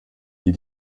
die